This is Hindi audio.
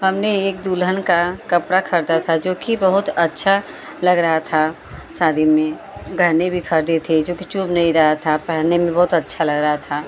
हमने एक दुल्हन का कपड़ा खरीदा था जो कि बहुत अच्छा लग रहा था शादी में गहेने भी खरीदे थे जो कि चुभ नहीं रहा था पहनने में बहुत अच्छा लग रहा था